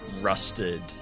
rusted